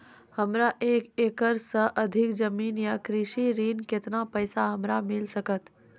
हमरा एक एकरऽ सऽ अधिक जमीन या कृषि ऋण केतना पैसा हमरा मिल सकत?